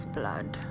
blood